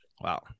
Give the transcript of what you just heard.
wow